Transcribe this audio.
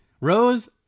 Rose